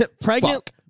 pregnant